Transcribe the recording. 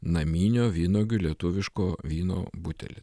naminio vynuogių lietuviško vyno butelį